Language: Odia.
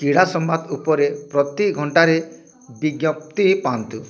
କ୍ରୀଡ଼ା ସମ୍ବାଦ ଉପରେ ପ୍ରତି ଘଣ୍ଟାରେ ବିଜ୍ଞପ୍ତି ପାଆନ୍ତୁ